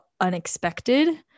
unexpected